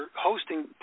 hosting